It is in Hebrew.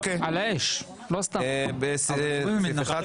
בסעיף 1,